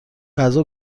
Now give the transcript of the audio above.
غذا